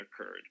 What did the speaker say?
occurred